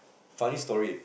funny story